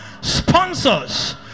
sponsors